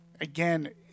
again